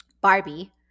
Barbie